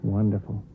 Wonderful